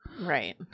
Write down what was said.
right